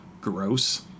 gross